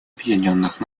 объединенных